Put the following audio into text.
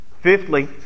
Fifthly